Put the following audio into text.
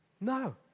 No